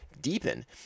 deepen